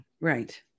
Right